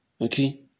Okay